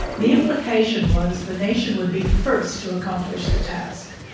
the implication was the nation would be the first to accomplish the task.